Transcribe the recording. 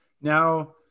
Now